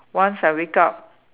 once I wake up